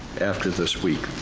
after this week.